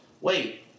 Wait